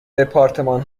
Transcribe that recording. دپارتمان